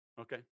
Okay